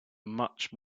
much